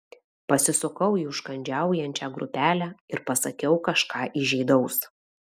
pasisukau į užkandžiaujančią grupelę ir pasakiau kažką įžeidaus